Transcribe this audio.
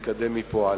ונתקדם מפה הלאה.